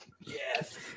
Yes